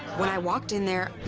when i walked in there,